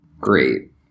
Great